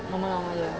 normal normal jer